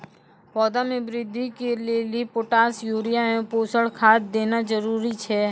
पौधा मे बृद्धि के लेली पोटास यूरिया एवं पोषण खाद देना जरूरी छै?